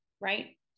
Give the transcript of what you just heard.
right